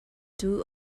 two